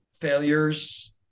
failures